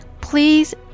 please